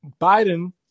Biden